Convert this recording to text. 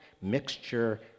mixture